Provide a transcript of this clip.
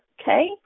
Okay